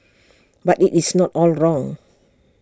but IT is not all wrong